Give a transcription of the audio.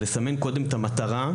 לסמן קודם את המטרה,